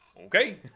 Okay